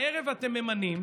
הערב אתם ממנים,